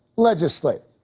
legislate.